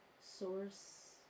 source